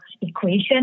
equation